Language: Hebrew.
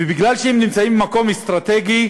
ומכיוון שהן נמצאות במקום אסטרטגי,